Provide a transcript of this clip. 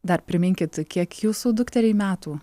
dar priminkit kiek jūsų dukteriai metų